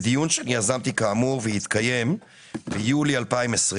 בדיון שיזמתי והתקיים ביולי 2020,